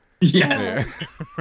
Yes